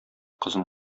кызын